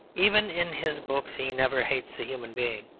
even in his books he never hates a human being.